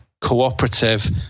cooperative